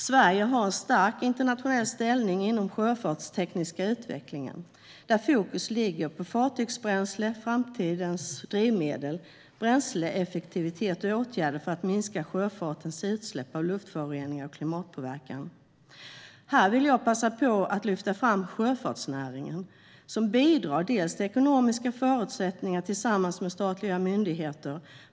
Sverige har en stark internationell ställning inom den sjöfartstekniska utvecklingen, där fokus ligger på fartygsbränsle, framtidens drivmedel, bränsleeffektivitet samt åtgärder för att minska sjöfartens utsläpp av luftföroreningar och klimatpåverkan. Här vill jag passa på att lyfta fram sjöfartsnäringen, som bidrar till ekonomiska förutsättningar tillsammans med statliga myndigheter.